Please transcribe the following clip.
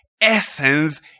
essence